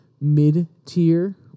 mid-tier